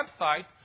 website